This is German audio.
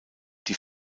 die